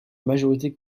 majorité